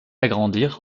agrandir